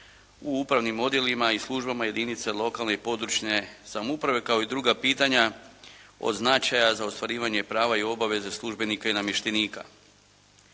u upravnim odjelima i službama jedinice lokalne i područne samouprave kao i druga pitanja od značaja za ostvarivanje prava i obaveza službenika i namještenika.